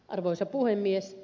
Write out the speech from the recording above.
arvoisa puhemies